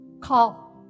call